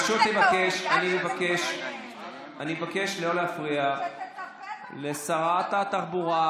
אני מבקש לתת לה לסיים לדבר.